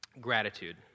gratitude